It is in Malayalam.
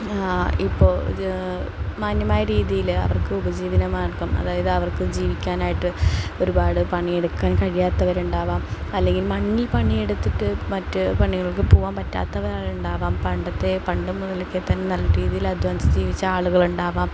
ഇപ്പോൾ ഒരു മാന്യമായ രീതിയിൽ അവർക്ക് ഉപജീവനമാർഗ്ഗം അതായത് അവർക്ക് ജീവിക്കാനായിട്ട് ഒരുപാട് പണിയെടുക്കാൻ കഴിയാത്തവരുണ്ടാവാം അല്ലെങ്കിൽ മണ്ണിൽ പണിയെടുത്തിട്ട് മറ്റു പണികൾക്ക് പോകുവാൻ പറ്റാത്തവരുണ്ടാവാം പണ്ടത്തെ പണ്ടു മുതൽക്കെ തന്നെ നല്ല രീതിയിൽ അദ്ധ്വാനിച്ചു ജീവിച്ച ആളുകളുണ്ടാവാം